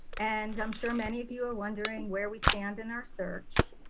and i'm sure many of you are wondering where we stand in our search.